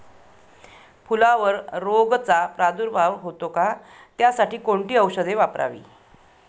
फुलावर रोगचा प्रादुर्भाव होतो का? त्यासाठी कोणती औषधे वापरावी?